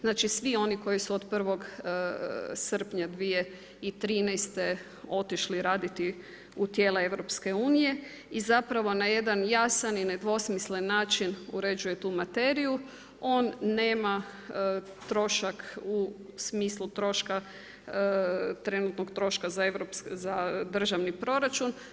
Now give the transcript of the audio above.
Znači, svi oni koji su od 1. srpnja 2013. otišli raditi u tijela EU i zapravo na jedan jasan i nedvosmislen način uređuje tu materiju on nema trošak u smislu troška, trenutnog troška za državni proračun.